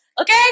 Okay